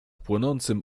płonącym